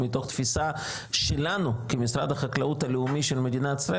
מתוך תפיסה שלנו כמשרד החקלאות הלאומי של מדינת ישראל,